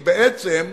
בעצם,